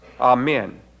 Amen